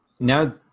Now